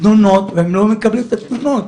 והם לא מקבלים את התלונות.